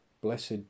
Blessed